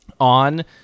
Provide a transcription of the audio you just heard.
on